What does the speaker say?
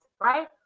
right